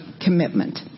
commitment